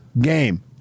game